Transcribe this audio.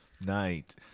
night